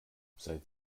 seit